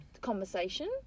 conversation